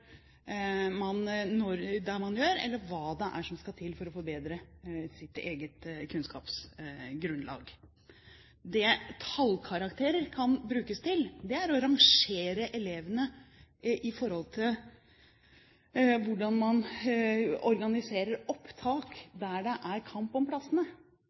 man oppnår det man gjør, eller hva som skal til for å forbedre sitt eget kunnskapsgrunnlag. Det tallkarakterer kan brukes til, er å rangere elevene når det gjelder hvordan man organiserer opptak der det er kamp om plassene.